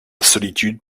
solitude